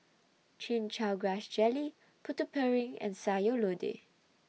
Chin Chow Grass Jelly Putu Piring and Sayur Lodeh